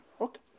Okay